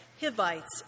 Hivites